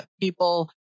people